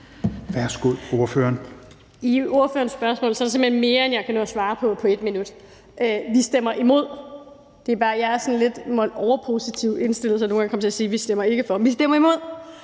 Signe Munk (SF): I ordførerens spørgsmål er der simpelt hen mere, end jeg kan nå at svare på på 1 minut. Vi stemmer imod. Jeg er sådan lidt overpositivt indstillet, så nogle gange kommer jeg til at sige: Vi stemmer ikke for. Men vi stemmer imod.